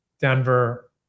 Denver